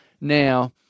Now